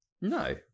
No